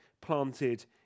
planted